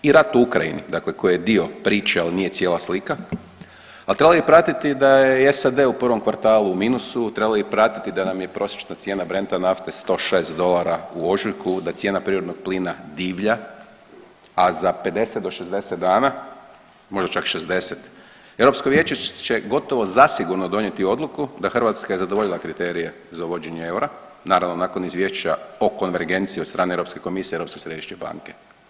I rat u Ukrajini koji je dio priče, ali nije cijela slika, ali trebali bi pratiti da je SAD u prvom kvartalu u minusu, trebali bi pratiti da nam je prosječna cijena brenta nafte 106 dolara u ožujku, da cijena prirodnog plina divlja, a za 50 do 60 dana, možda čak 60 Europsko vijeće će gotovo zasigurno donijeti odluku da je Hrvatska zadovoljila kriterije za uvođenje eura, naravno nakon izvješća o konvergenciji od strane Europske komisije i Europske središnje banke.